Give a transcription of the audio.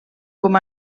com